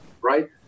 right